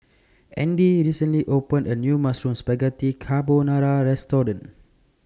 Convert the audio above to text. Andy recently opened A New Mushroom Spaghetti Carbonara Restaurant